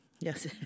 Yes